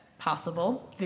possible